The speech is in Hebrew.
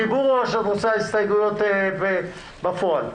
הסתייגויות בפועל?